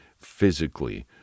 physically